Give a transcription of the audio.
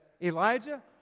Elijah